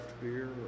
beer